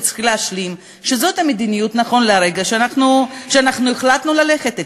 וצריך להשלים עם זה שזאת המדיניות נכון לרגע שהחלטנו ללכת אתה.